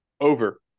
Over